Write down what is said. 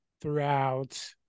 throughout